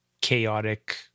chaotic